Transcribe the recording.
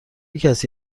کسی